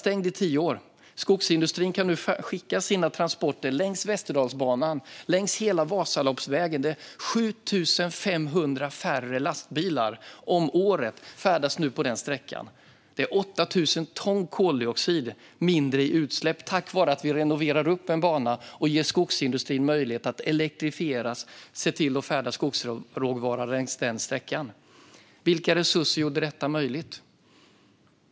Det innebär att skogsindustrin nu kan skicka sina transporter längs Västerdalsbanan, längs hela Vasaloppsvägen. Det blir nu 7 500 färre lastbilar om året som färdas den sträckan. Det är 8 000 ton koldioxid mindre i utsläpp tack vare att vi renoverar en bana och ger skogsindustrin möjlighet att elektrifiera sina transporter och frakta skogsråvara längs den sträckan. Vilka resurser gjorde detta möjligt?